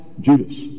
Judas